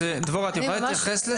דבורה - את יכולה להתייחס לזה.